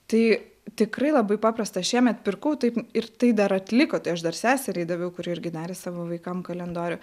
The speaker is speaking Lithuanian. tai tikrai labai paprasta šiemet pirkau taip ir tai dar atliko tai aš dar seseriai daviau kuri irgi darė savo vaikams kalendorių